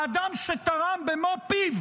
האדם שתרם במו פיו